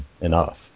enough